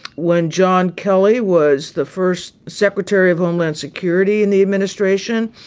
when john kelly was the first secretary of homeland security in the administration.